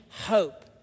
hope